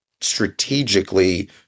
strategically